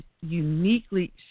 uniquely